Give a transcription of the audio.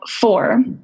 four